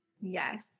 Yes